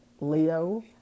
Leo